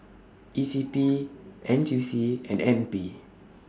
E C P N T U C and N P